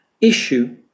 issue